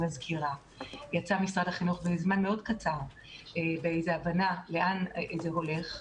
יצא משרד החינוך והבין לאן זה הולך.